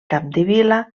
capdevila